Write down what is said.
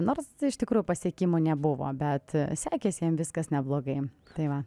nors iš tikrųjų pasiekimų nebuvo bet sekėsi jam viskas neblogai tai va